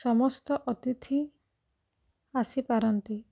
ସମସ୍ତ ଅତିଥି ଆସିପାରନ୍ତି